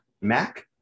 Mac